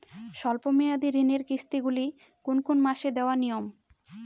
স্বল্প মেয়াদি ঋণের কিস্তি গুলি কোন কোন মাসে দেওয়া নিয়ম?